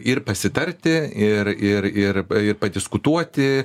ir pasitarti ir ir ir ir padiskutuoti